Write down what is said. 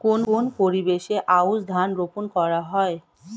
কোন পরিবেশে আউশ ধান রোপন করা হয়?